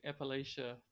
Appalachia